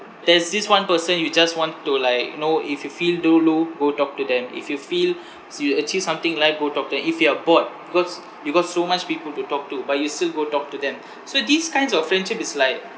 there's this one person you just want to like you know if you feel down low go talk to them if you feel so you achieve something in life go talk to them if you are bored because you got so much people to talk to but you still go talk to them so these kinds of friendship is like